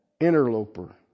interloper